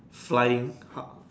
flying hard